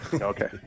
Okay